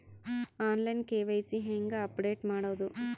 On line KYC ಹೇಂಗ ಅಪಡೆಟ ಮಾಡೋದು?